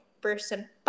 person